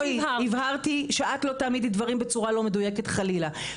הבהרתי שאת לא תעמידי דברים בצורה לא מדויקת חלילה.